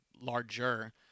Larger